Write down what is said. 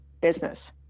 business